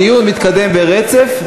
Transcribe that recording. הדיון יתקיים ברצף,